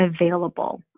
available